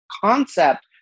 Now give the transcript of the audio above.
concept